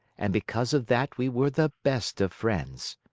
and because of that we were the best of friends.